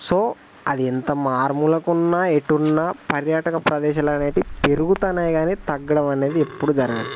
so అది ఎంత మారుమూలకున్న ఎటున్న పర్యాటక ప్రదేశాలు అనేటివి పెరుగుతాన్నాయి కానీ తగ్గడం అనేది ఎప్పుడు జరగదు